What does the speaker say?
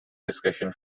discussion